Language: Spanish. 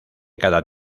cada